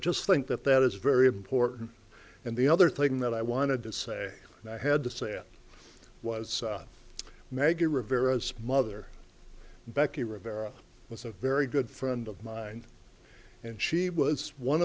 just think that that is very important and the other thing that i wanted to say and i had to say it was maggie rivera smother becky rivera was a very good friend of mine and she was one